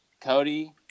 cody